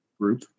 group